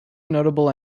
notable